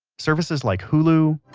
services like hulu,